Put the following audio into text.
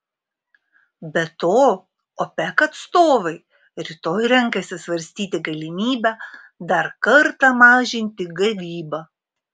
be to opec atstovai rytoj renkasi svarstyti galimybę dar kartą mažinti gavybą